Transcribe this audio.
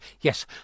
yes